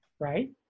right